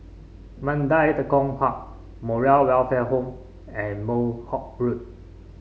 Mandai Tekong Park Moral Welfare Home and Northolt Road